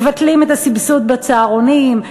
מבטלים את הסבסוד בצהרונים,